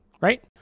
right